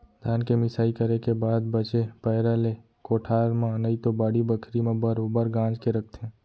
धान के मिंसाई करे के बाद बचे पैरा ले कोठार म नइतो बाड़ी बखरी म बरोगर गांज के रखथें